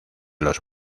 los